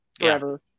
forever